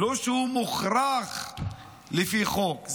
לא שהוא מוכרח לפי חוק.